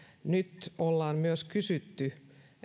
nyt ollaan kysytty